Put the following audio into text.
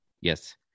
yes